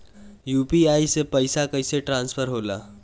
UPI से पैसा कैसे ट्रांसफर होला?